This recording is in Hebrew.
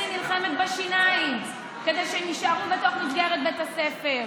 אני נלחמת בשיניים כדי שהם יישארו בתוך מסגרת בית הספר.